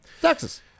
Texas